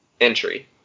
entry